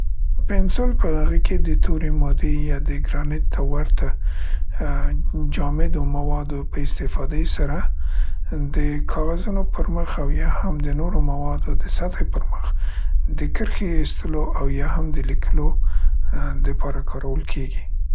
پنسل په هغه کې د تورې مادې یا د ګرانت ته ورته ،ا، جامدو موادو په استفادې سره د کاغذونو پر مخ او یا هم د نورو موادو د سطحې پرمخ د کرښې ایستلو او یا هم د لیکلو، ا، دپاره کارول کیګي.